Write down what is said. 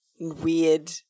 weird